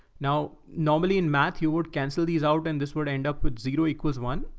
now, normally in math, you would cancel these out. and this would end up with zero equals one.